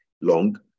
long